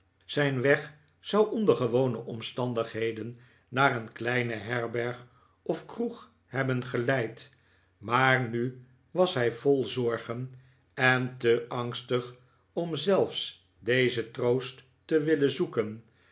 zijn weg zou onder gewone omstandigheden naar een kleine herberg of kroeg hebben geleid maar nu was hij vol zorgen en te angstig om zelfs dezen troost te willen zoeken